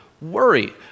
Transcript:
worry